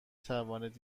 توانید